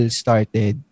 started